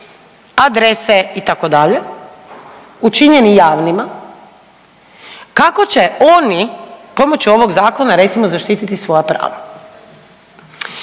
adrese itd. učinjeni javnima. Kako će oni pomoću ovog zakona recimo zaštititi svoja prava?